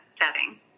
setting